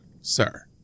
sir